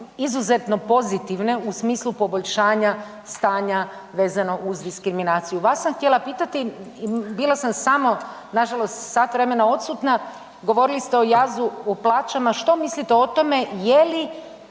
izuzetno pozitivne u smislu poboljšanja stanja vezano uz diskriminaciju. Vas sam htjela pitati i bila sam samo nažalost sat vremena odsutna, govorili ste o jazu u plaćama, što mislite o tome je li